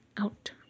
out